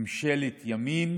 ממשלת ימין